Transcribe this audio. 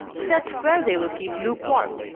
set where they will keep lukewarm.